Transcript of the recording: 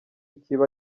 kiba